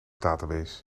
database